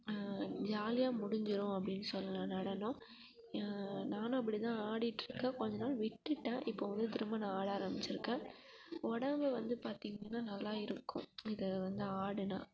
ஜாலியாக முடிஞ்சிடும் அப்படின்னு சொல்லலாம் நடனம் நானும் அப்படிதான் ஆடிட்ருக்க கொஞ்ச நாள் விட்டுட்டேன் இப்போ வந்து திரும்ப நான் ஆட ஆரம்பிச்சிருக்கேன் உடம்பு வந்து பார்த்தீங்கன்னா நல்லா இருக்கும் அதை வந்து ஆடினா